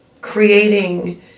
creating